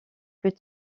plus